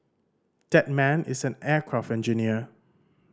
that man is an aircraft engineer